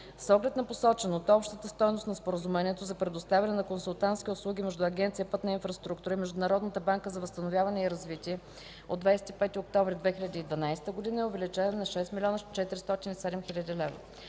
С оглед на посоченото, общата стойност на Споразумението за предоставяне на консултантски услуги между Агенция „Пътна инфраструктура” и Международната банка за възстановяване и развитие от 25 октомври 2012 г. е увеличена на 6 407 000 лв.